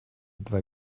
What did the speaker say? два